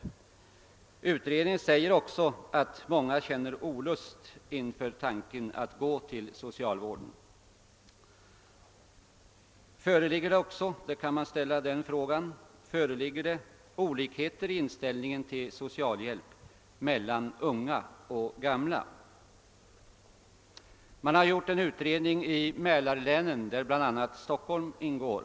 Den utredning jag nämnde har också uttalat att många känner olust inför tanken att gå till socialvården. Föreligger det — den frågan kan även ställas — olikheter i inställningen till socialhjälp mellan unga och gamla? Det har gjorts en utredning om saken i Mälarlänen, där bl.a. Stockholm ingår.